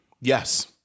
Yes